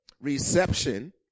reception